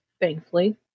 thankfully